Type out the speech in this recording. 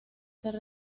ser